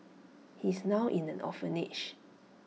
he's now in an orphanage